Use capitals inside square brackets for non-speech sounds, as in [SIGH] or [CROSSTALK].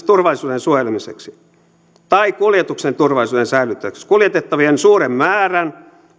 [UNINTELLIGIBLE] turvallisuuden suojelemiseksi tai kuljetuksen turvallisuuden säilyttämiseksi kuljetettavien suuren määrän